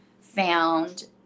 found